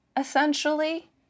essentially